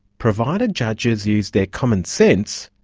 provided judges use their common sense,